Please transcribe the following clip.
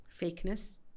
Fakeness